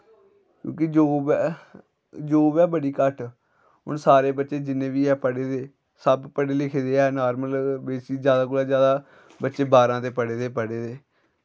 क्योंकि job job ऐ बड़ी घट्ट हून सारे बच्चे जिन्ने बी ऐ पढ़े दे सब पढ़े लिखे दे ऐ नार्मल जैदा कोला जैदा बच्चे बारां ते पढ़े दे गै पढ़े दे